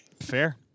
fair